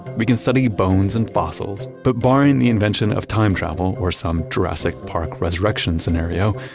we can study bones and fossils, but barring the invention of time travel, or some jurassic park resurrection scenario,